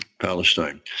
Palestine